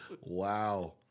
Wow